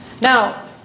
Now